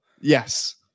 Yes